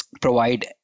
provide